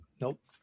Nope